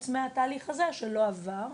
חוץ מהתהליך הזה שלא עבר.